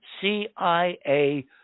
CIA